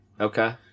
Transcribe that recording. Okay